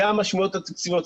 זה המשמעויות התקציביות,